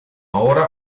ora